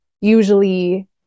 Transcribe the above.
Usually